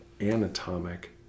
anatomic